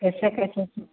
कैसे कैसे